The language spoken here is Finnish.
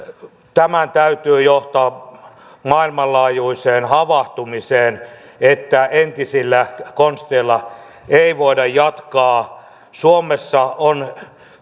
tämän täytyy johtaa maailmanlaajuiseen havahtumiseen että entisillä konsteilla ei voida jatkaa suomessa on